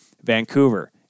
Vancouver